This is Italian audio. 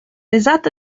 esatta